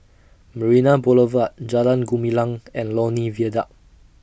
Marina Boulevard Jalan Gumilang and Lornie Viaduct